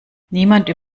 niemanden